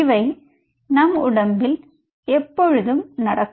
இவை நம் உடம்பில் எப்பொழுதும் நடக்கும்